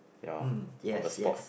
ya on the spot